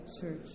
Church